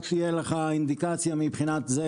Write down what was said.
רק שיהיה לך אינדיקציה מבחינת זה,